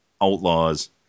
outlaws